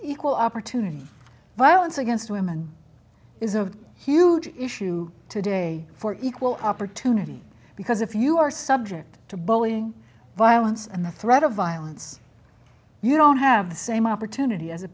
equal opportunity violence against women is a huge issue today for equal opportunity because if you are subject to bullying violence and the threat of violence you don't have the same opportunity a